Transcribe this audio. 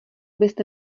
byste